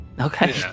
Okay